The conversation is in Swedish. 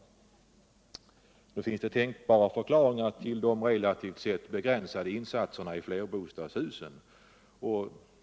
Det finns tänkbara förklaringar till de relativt sett begränsade insatserna för Energisparplan flerbostadshusen.